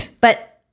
But-